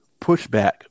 pushback